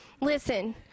Listen